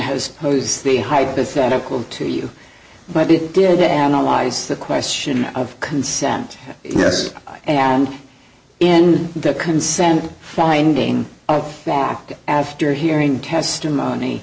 has poses the hypothetical to you but it did analyze the question of consent yes and in the consent finding of fact after hearing testimony